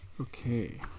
Okay